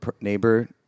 neighbor